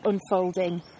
unfolding